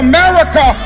America